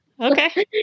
Okay